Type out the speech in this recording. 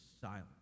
silence